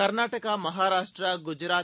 Karnataka Maharashtra Gujarat